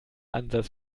ansatz